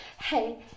hey